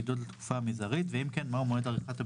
תיקון סעיף 26יג 12. בסעיף 26יג לחוק העיקרי,